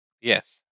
Yes